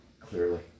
clearly